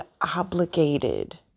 obligated